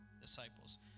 disciples